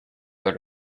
good